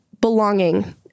belonging